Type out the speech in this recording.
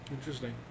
interesting